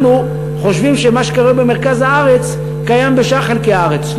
אנחנו חושבים שמה שקרה במרכז הארץ קיים בשאר חלקי הארץ.